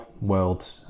world